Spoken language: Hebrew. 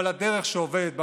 אבל הדרך שעובדת במציאות.